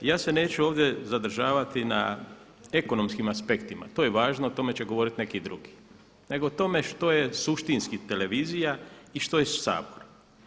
Ja se neću ovdje zadržavati na ekonomskim aspektima, to je važno o tome će govoriti neki drugi, nego o tome što je suštinski televizija i što je Sabor.